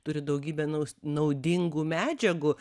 turi daugybę naus naudingų medžiagų